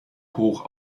hoch